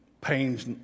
pain's